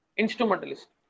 instrumentalist